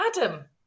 Adam